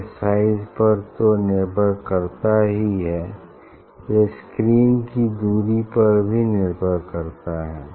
यह साइज पर तो निर्भर करता ही है यह स्क्रीन की दूरी पर भी निर्भर करता है